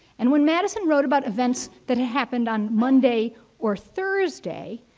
and when madison wrote about events that had happened on monday or thursday,